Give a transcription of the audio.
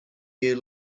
year